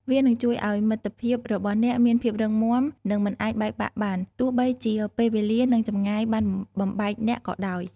វានឹងជួយឱ្យមិត្តភាពរបស់អ្នកមានភាពរឹងមាំនិងមិនអាចបែកបាក់បាន ទោះបីជាពេលវេលានិងចម្ងាយបានបំបែកអ្នកក៏ដោយ។